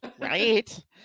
right